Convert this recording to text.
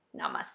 namaste